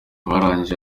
barangije